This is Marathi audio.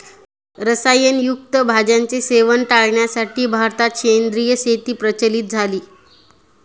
रसायन युक्त भाज्यांचे सेवन टाळण्यासाठी भारतात सेंद्रिय शेती प्रचलित झाली